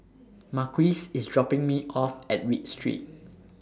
Marquise IS dropping Me off At Read Street